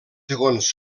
segons